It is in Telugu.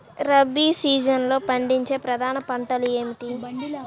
రబీ సీజన్లో పండించే ప్రధాన పంటలు ఏమిటీ?